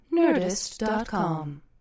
Nerdist.com